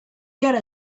get